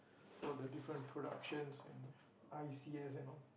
for the different productions and i_c_s and all